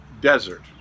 desert